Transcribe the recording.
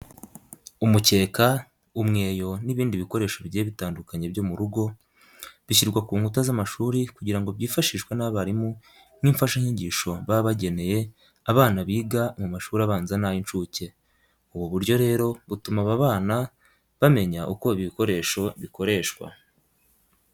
Umukeka, umweyo n'ibindi bikoresho bigiye bitandukanye byo mu rugo, bishyirwa ku nkuta z'amashuri kugira ngo byifashishwe n'abarimu nk'imfashanyigisho baba bageneye abana biga mu mashuri abanza n'ay'incuke. Ubu buryo rero butuma aba bana bamenya uko ibi bikoresho bikoreshwa.